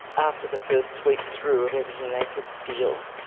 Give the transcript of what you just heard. after the first sweep through of everything they could steal,